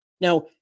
Now